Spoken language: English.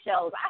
shows